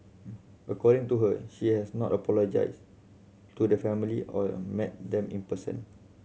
according to her he has not apologised to the family or met them in person